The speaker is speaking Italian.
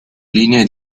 linee